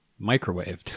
microwaved